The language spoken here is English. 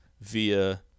via